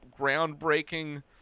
groundbreaking